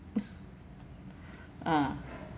ah